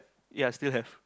ya still have